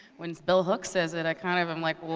when bell hooks says it, i kind of am like, well,